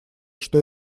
что